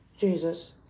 Jesus